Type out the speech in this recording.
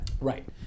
Right